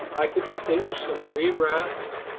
i could distinguish some green wrasse,